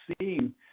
seeing